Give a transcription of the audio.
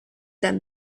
them